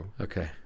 Okay